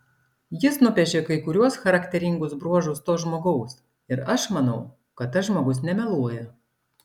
jis nupiešė kai kuriuos charakteringus bruožus to žmogaus ir aš manau kad tas žmogus nemeluoja